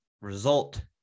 result